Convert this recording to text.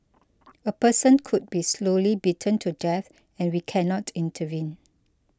a person could be slowly beaten to death and we cannot intervene